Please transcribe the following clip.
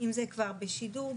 אם זה כבר בשידור.